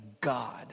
God